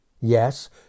Yes